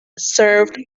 served